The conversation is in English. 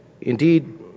indeed